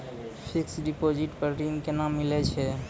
Fixed deposit पर ऋण केना मिलै छै?